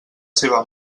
seva